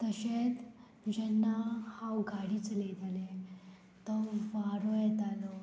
तशेंच जेन्ना हांव गाडी चलयताले तो वारो येतालो